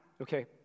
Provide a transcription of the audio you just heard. Okay